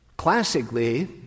Classically